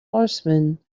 horsemen